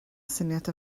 syniad